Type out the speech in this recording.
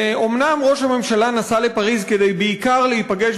ואומנם ראש הממשלה נסע לפריז בעיקר כדי להיפגש